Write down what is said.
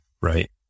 right